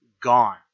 gone